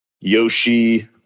Yoshi